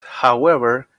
however